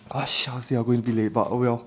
!wah! shucks think I'm gonna be late but oh well